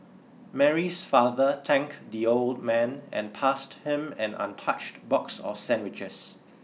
Mary's father thanked the old man and passed him an untouched box of sandwiches